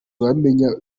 bamenya